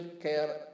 care